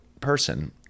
person